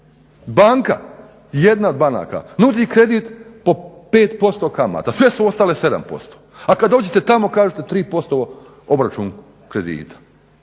Banka jedna od banaka nudi kredit po 5% kamate sve su ostale 7%, a kada dođete tamo kažete 3% obračun kredita.